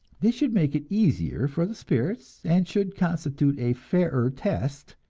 this should make it easier for the spirits, and should constitute a fairer test,